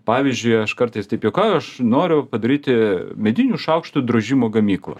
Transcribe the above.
pavyzdžiui aš kartais taip juokauju aš noriu padaryti medinių šaukštų drožimo gamyklą